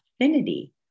affinity